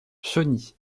chauny